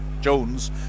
Jones